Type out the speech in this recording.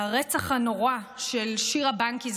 הרצח הנורא של שירה בנקי,